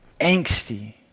angsty